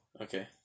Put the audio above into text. okay